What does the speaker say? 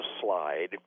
slide